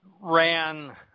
ran